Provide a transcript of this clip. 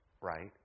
right